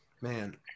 man